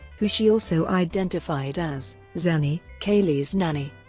who she also identified as zanny, caylee's nanny.